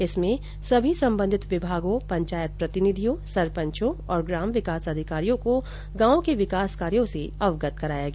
कार्यशाला में समी सम्बन्धित विभागों पंचायत प्रतिनिधियों सरपंचो और ग्राम विकास अधिकारियों को गांवों के विकास कार्यों से अवगत कराया गया